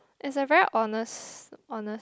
it's a very honest honest